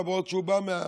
למרות שהוא בא מהחקלאות,